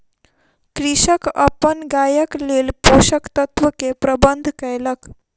कृषक अपन गायक लेल पोषक तत्व के प्रबंध कयलक